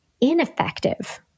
ineffective